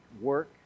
work